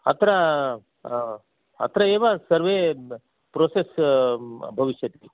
अत्र अत्र एव सर्वे प्रोसेस् भविष्यति